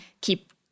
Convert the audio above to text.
keep